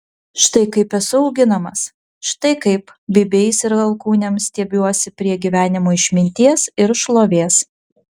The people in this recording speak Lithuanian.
štai kaip esu auginamas štai kaip bybiais ir alkūnėm stiebiuosi prie gyvenimo išminties ir šlovės